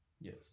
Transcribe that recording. Yes